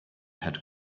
had